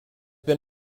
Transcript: been